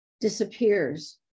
disappears